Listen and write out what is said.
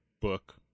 book